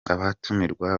abatumirwa